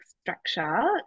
structure